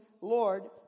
Lord